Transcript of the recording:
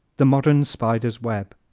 the modern spider's web